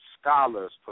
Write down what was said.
scholars